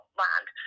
land